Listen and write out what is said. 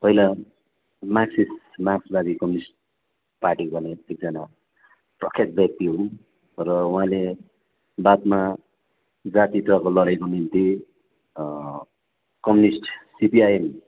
पहिला मार्क्सिस्ट मार्क्सवादी communist party गर्ने एकजना प्रख्यात व्यक्ति हुन् र उहाँले बादमा जातित्वको लडाइँको निम्ति कम्युनिस्ट सिपिआइएम